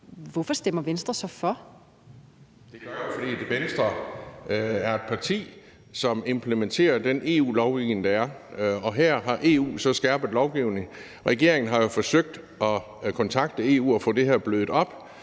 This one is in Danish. Pihl Lorentzen (V): Det gør vi, fordi Venstre er et parti, som implementerer den EU-lovgivning, der er. Og her har EU så skærpet lovgivningen. Regeringen har jo forsøgt at kontakte EU og få det her blødt op,